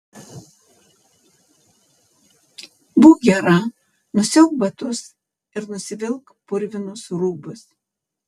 būk gera nusiauk batus ir nusivilk purvinus rūbus